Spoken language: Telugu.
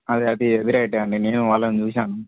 అది అది అది రైటే అండి నేను వాళ్ళని చూసాను